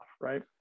right